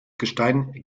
gestein